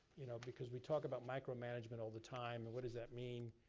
you know because we talk about micromanagement all the time and what does that mean?